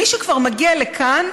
מי שכבר מגיע לכאן,